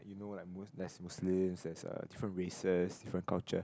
you know like there's Muslims there's uh different races different culture